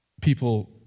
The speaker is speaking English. people